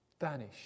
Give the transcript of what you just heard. vanish